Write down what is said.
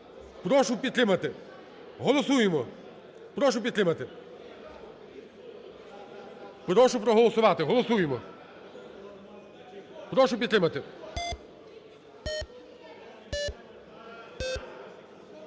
Прошу підтримати. Голосуємо. Прошу підтримати. Прошу проголосувати. Голосуємо. Прошу підтримати.